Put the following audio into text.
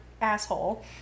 asshole